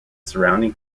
surrounding